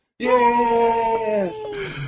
Yes